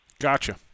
Gotcha